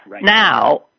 Now